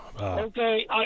Okay